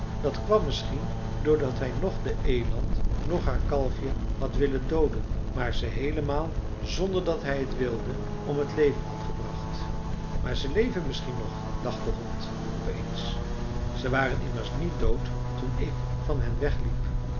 dat kwam misschien doordat hij noch de eland noch haar kalfje had willen dooden maar ze heelemaal zonder dat hij het wilde om het leven had gebracht maar ze leven misschien nog dacht de hond op eens ze waren immers niet dood toen ik van hen wegliep